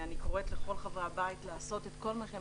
אני קוראת לכל חברי הבית לעשות את כל מה שהם